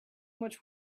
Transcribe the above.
much